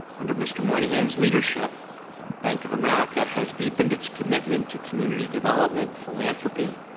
under mr. moynihan's leadership bank of america has deepened it's commitment to community development, philanthropy,